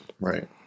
Right